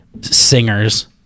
Singers